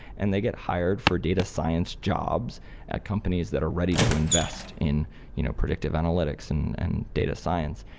and they get hired for data science jobs at companies that are ready to invest in you know predictive analytics and and data science.